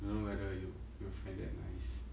don't know whether you you will find that nice